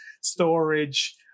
storage